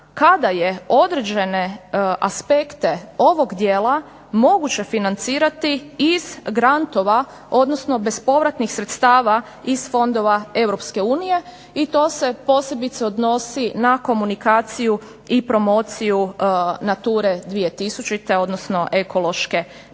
kada je određene aspekta ovog dijela moguće financirati iz grantova, odnosno bespovratnih sredstava iz fondova Europske unije i to se posebice odnosi na komunikaciju i promociju Nature 2000 odnosno ekološke mreže.